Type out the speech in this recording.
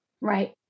Right